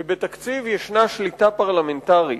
שבתקציב ישנה שליטה פרלמנטרית,